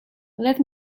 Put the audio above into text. let